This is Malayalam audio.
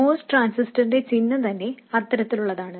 MOS ട്രാൻസിസ്റ്ററിന്റെ ചിഹ്നം തന്നെ അത്തരത്തിലുള്ളതാണ്